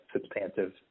substantive